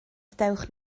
dewch